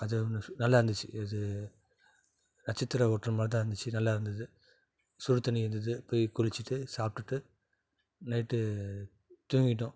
அது ஒன்று நல்லாயிருந்துச்சு இது நட்சத்திர ஹோட்டல் மாதிரிதான் இருந்துச்சு நல்லாயிருந்தது சுடுதண்ணி இருந்தது போய் குளித்துட்டு சாப்பிட்டுட்டு நைட்டு தூங்கிவிட்டோம்